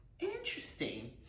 Interesting